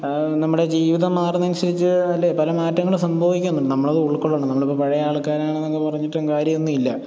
ആ നമ്മുടെ ജീവിതം മാറുന്നത് അനുസരിച്ച് കണ്ട് പല മാറ്റങ്ങളും സംഭവിക്കുന്നുണ്ട് നമ്മൾ അത് ഉൾക്കൊള്ളണം നമ്മൾ ഇപ്പം പഴയ ആൾക്കാരാണ് എന്ന അങ്ങ് പറഞ്ഞിട്ടും കാര്യമിന്നുമില്ല